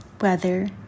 weather